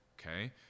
okay